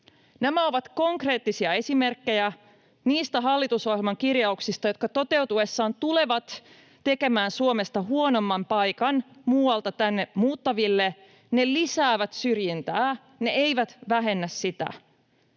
Nämä ovat konkreettisia esimerkkejä niistä hallitusohjelman kirjauksista, jotka toteutuessaan tulevat tekemään Suomesta huonomman paikan muualta tänne muuttaville. Ne lisäävät syrjintää, ne eivät vähennä sitä.